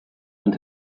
and